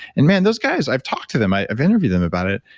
and, man, those guys, i've talked to them. i've interviewed them about it.